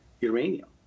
uranium